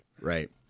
Right